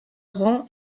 rang